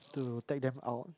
to take them out